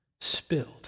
spilled